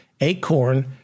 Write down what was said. ACORN